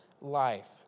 life